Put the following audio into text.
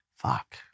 fuck